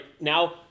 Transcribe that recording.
Now